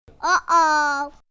Uh-oh